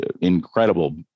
incredible